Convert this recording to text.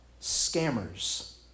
Scammers